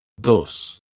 Dos